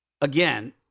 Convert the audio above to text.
Again